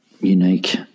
unique